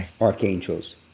archangels